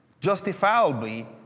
Justifiably